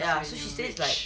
ya she stays like